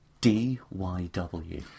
D-Y-W